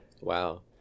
Wow